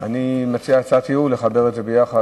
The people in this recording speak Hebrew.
אני מציע הצעת ייעול, לחבר את זה ביחד.